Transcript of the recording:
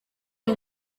ubu